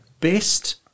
best